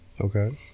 Okay